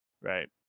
right